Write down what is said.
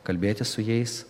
kalbėtis su jais